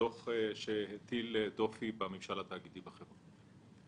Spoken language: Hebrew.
דוח שהטיל דופי בממשל התאגידי בחברה.